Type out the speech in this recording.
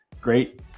Great